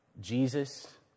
Jesus